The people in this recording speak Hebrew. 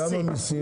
וכמה מסין?